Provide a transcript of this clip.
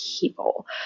people